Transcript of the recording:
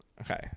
Okay